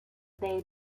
they